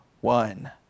one